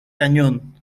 cañón